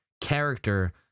character